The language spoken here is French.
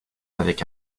avec